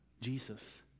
Jesus